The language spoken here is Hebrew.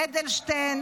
אדלשטיין